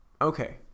Okay